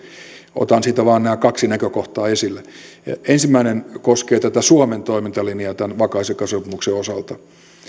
otan siitä vain nämä kaksi näkökohtaa esille ensimmäinen koskee suomen toimintalinjaa kasvu ja vakaussopimuksen osalta